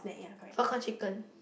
popcorn chicken